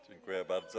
Dziękuję bardzo.